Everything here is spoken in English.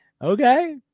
Okay